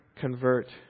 convert